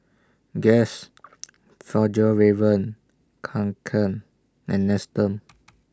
Guess Fjallraven Kanken and Nestum